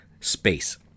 space